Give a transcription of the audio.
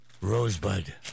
Rosebud